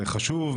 זה חשוב.